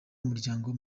umuryango